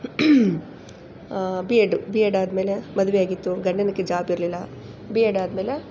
B ಎಡ್ದು B Ed ಆದಮೇಲೆ ಮದುವೆ ಆಗಿತ್ತು ಗಂಡನಿಗೆ ಜಾಬ್ ಇರಲಿಲ್ಲ ಬಿ ಎಡ್ ಆದಮೇಲೆ